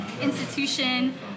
institution